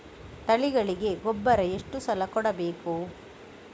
ತಳಿಗಳಿಗೆ ಗೊಬ್ಬರ ಎಷ್ಟು ಸಲ ಕೊಡಬೇಕು?